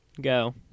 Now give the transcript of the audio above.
Go